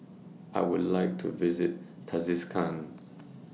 I Would like to visit Tajikistan